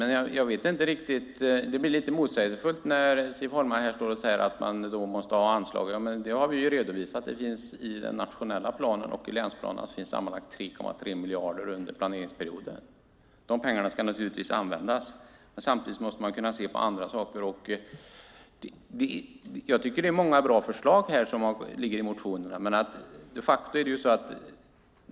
Men det blir lite motsägelsefullt när Siv Holma säger att man då måste ha anslag. Det har vi redovisat. I den nationella planen och i länsplanerna finns det sammanlagt 3,3 miljarder under planeringsperioden. De pengarna ska naturligtvis användas, men samtidigt måste man kunna se på andra saker. Jag tycker att det finns många bra förslag i motionerna.